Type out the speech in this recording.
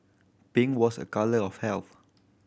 pink was a colour of health